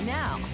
now